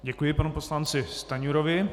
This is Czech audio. Děkuji panu poslanci Stanjurovi.